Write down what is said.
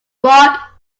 rock